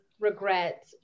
regret